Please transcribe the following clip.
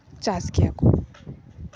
ᱪᱟᱥ ᱜᱮᱭᱟ ᱠᱚ